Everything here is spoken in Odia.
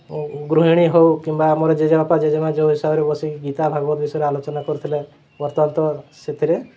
ଗୃହିଣୀ ହେଉ କିମ୍ବା ଆମର ଜେଜେ ବାପା ଜେଜେ ମା' ଯେଉଁ ହିସାବରେ ବସି ଗୀତା ଭାଗବତ ବିଷୟରେ ଆଲୋଚନା କରୁଥିଲେ ବର୍ତ୍ତମାନ ତ ସେଥିରେ